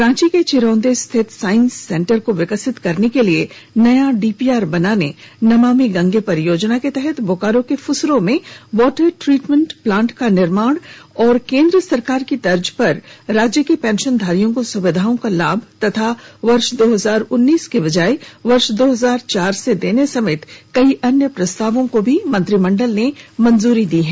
रांची के चिरौंदी स्थित science centre को विकसित करने के लिए नया डीपीआर बनाने नमामि गंगे परियोजना के तहत बोकारो के फुसरो में वाटर ट्रीटमेंट प्लांट का निर्माण और केंद्र सरकार की तर्ज पर राज्य के पेंशनधारियों को सुविधाओं का लाभ अब वर्ष दो हजार उन्नीस की बजाय वर्ष दो हजार चार से देने समेत कई अन्य प्रस्तावों को भी मंत्रिमडल ने मंजूरी दी है